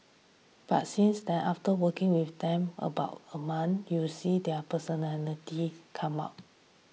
but since then after working with them about a month you see their personality come out